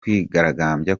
kwigaragambya